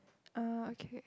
eh okay